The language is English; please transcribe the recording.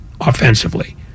offensively